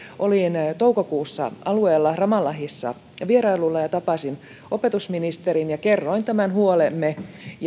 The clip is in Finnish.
olin toukokuussa alueella ramallahissa vierailulla ja tapasin opetusministerin kerroin tämän huolemme